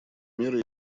меры